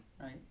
right